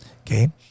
Okay